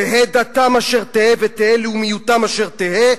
תהא דתם אשר תהא ותהא לאומיותם אשר תהא,